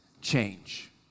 change